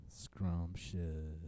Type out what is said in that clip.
scrumptious